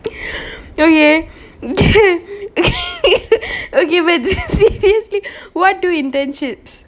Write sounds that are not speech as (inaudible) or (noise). (breath) okay okay (laughs) but seriously what two internships